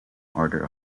order